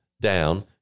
down